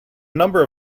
number